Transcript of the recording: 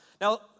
Now